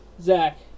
Zach